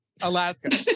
Alaska